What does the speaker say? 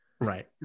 Right